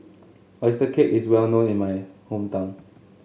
oyster cake is well known in my hometown